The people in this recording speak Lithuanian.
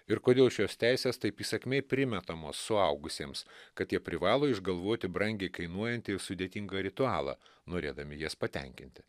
ir kodėl šios teisės taip įsakmiai primetamos suaugusiems kad jie privalo išgalvoti brangiai kainuojantį ir sudėtingą ritualą norėdami jas patenkinti